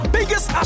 Biggest